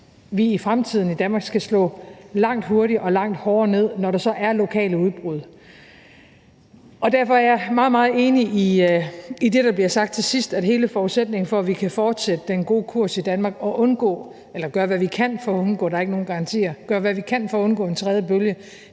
vi i fremtiden i Danmark skal slå langt hurtigere og langt hårdere ned, når der så er lokale udbrud. Derfor er jeg meget, meget enig i det, der bliver sagt til sidst, nemlig at hele forudsætningen for, at vi kan fortsætte den gode kurs i Danmark og gøre, hvad vi kan for at undgå – der er